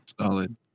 Solid